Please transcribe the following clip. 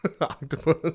Octopus